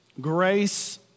Grace